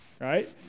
right